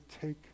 take